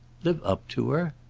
live up to her?